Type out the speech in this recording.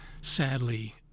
sadly